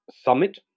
summit